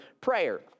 prayer